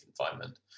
confinement